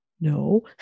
No